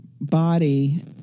body